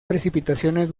precipitaciones